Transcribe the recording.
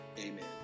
amen